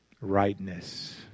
rightness